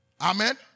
Amen